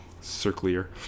circular